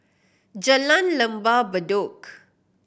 Jalan Lembah Bedok